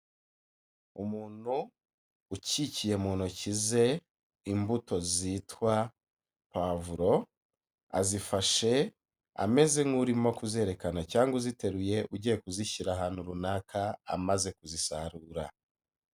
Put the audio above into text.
Umuntu ukikiye mu ntoki ze imbuto zitwa pavuro, azifashe ameze nk'urimo kuzerekana cyangwa uziteruye ugiye kuzishyira ahantu runaka amaze kuzisarura.